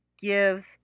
Gives